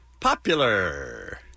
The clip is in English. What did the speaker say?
popular